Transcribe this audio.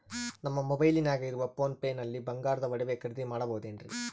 ನಮ್ಮ ಮೊಬೈಲಿನಾಗ ಇರುವ ಪೋನ್ ಪೇ ನಲ್ಲಿ ಬಂಗಾರದ ಒಡವೆ ಖರೇದಿ ಮಾಡಬಹುದೇನ್ರಿ?